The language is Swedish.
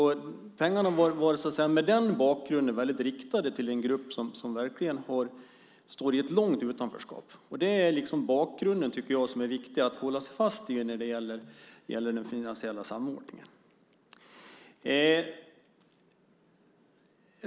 Pengarna var mot den bakgrunden riktade till den grupp som verkligen är i ett långt utanförskap. Det är bakgrunden som är viktig att hålla sig fast vid när det gäller den finansiella samordningen.